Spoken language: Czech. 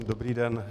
Dobrý den.